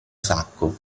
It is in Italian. sacco